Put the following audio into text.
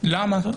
למה?